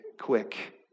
quick